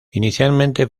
inicialmente